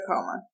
coma